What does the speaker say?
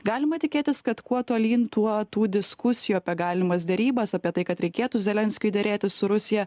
galima tikėtis kad kuo tolyn tuo tų diskusijų apie galimas derybas apie tai kad reikėtų zelenskiui derėtis su rusija